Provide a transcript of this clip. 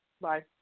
Bye